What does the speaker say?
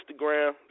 Instagram